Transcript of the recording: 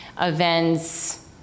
events